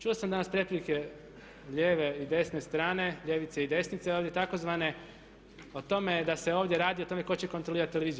Čuo sam danas prepirke lijeve i desne strane, ljevice i desnice ovdje tzv. o tome da se ovdje radi o tome tko će kontrolirati televiziju.